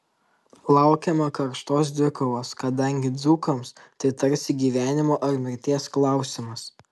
laukiama karštos dvikovos kadangi dzūkams tai tarsi gyvenimo ar mirties klausimas